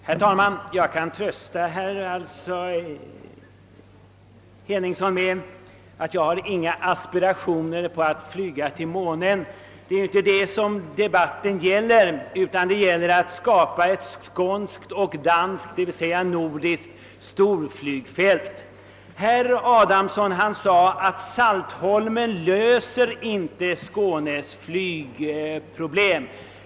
Herr talman! Jag kan lugna herr Henningsson med att jag inte har några aspirationer på att flyga till månen. Det är inte heller det debatten gäller utan den gäller att skapa ett skånskt och danskt, d. v. s. nordiskt, storflygfält. Herr Adamsson sade att Saltholm inte löser Skånes flygproblem.